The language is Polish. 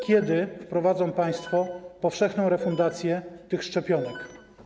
Kiedy wprowadzą państwo powszechną refundację tych szczepionek?